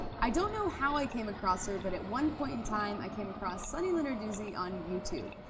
i don't know how i came across her, but at one point in time i came across sunny lenarduzzi on youtube.